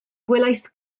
gwelais